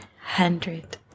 hundred